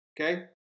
okay